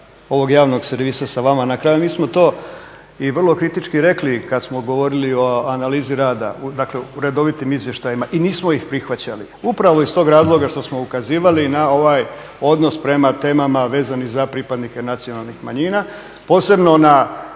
ovog javnog servisa sa vama. Na kraju mi smo to i vrlo kritički rekli kad smo govorili o analizi rada, dakle u redovitim izvještajima i nismo ih prihvaćali. Upravo iz tog razloga što smo ukazivali na ovaj odnos prema temama vezanim za pripadnike nacionalnih manjina, posebno na